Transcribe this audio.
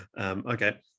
Okay